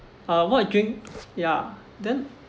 uh what drink ya then